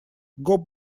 гоп